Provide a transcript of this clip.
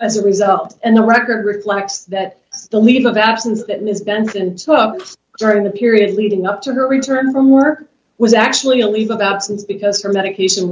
as a result and the record reflects that the leave of absence that ms benton saw during the period leading up to her return from her was actually a leave of absence because her medication